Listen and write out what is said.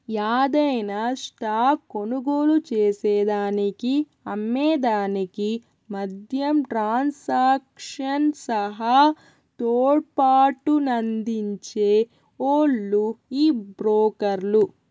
యాదైన స్టాక్ కొనుగోలు చేసేదానికి అమ్మే దానికి మద్యం ట్రాన్సాక్షన్ సహా తోడ్పాటునందించే ఓల్లు ఈ బ్రోకర్లు